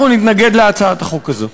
אנחנו נתנגד להצעת החוק הזו.